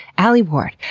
alie ward.